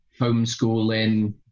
homeschooling